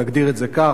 נגדיר את זה כך,